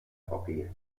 hockey